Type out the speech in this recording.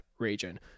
region